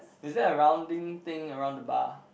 is there a rounding thing around the bar